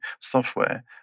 software